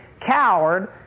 coward